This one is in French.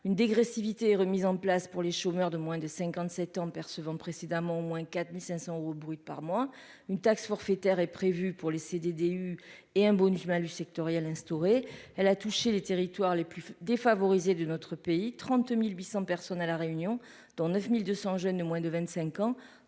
une dégressivité remis en place pour les chômeurs de moins de 57 ans, percevant précédemment au moins 4500 euros brut par mois, une taxe forfaitaire est prévu pour les CD CDD et un bonus-malus sectorielles instauré, elle a touché les territoires les plus défavorisés de notre pays, 30800 personnes à la Réunion dans 9200 jeunes de moins de 25 ans